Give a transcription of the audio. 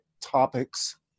topics